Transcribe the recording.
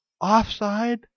Offside